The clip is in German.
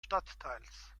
stadtteils